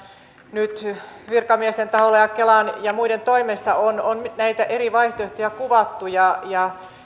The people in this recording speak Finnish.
nyt virkamiesten taholla ja kelan ja muiden toimesta on on näitä eri vaihtoehtoja kuvattu ja ja